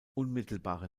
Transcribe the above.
unmittelbare